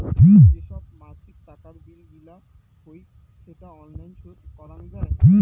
যে সব মাছিক টাকার বিল গিলা হউক সেটা অনলাইন শোধ করাং যাই